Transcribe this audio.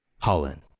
Holland